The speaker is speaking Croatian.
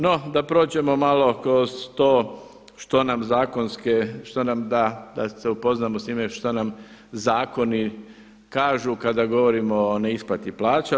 No, da prođemo malo kroz to što nam zakonske, što nam da da se upoznamo sa time što nam zakoni kažu kada govorimo o neisplati plaća.